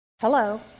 Hello